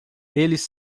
eles